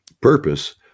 purpose